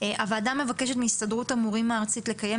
הועדה מבקשת מהסתדרות המורים הארצית לקיים